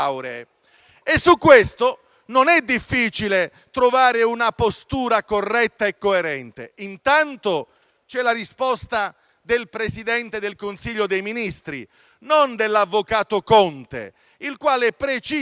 Al riguardo non è difficile trovare una postura corretta e coerente; intanto c'è la risposta del Presidente del Consiglio dei ministri, non dell'avvocato Conte, il quale precisa